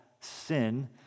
sin